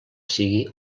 sigui